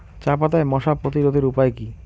চাপাতায় মশা প্রতিরোধের উপায় কি?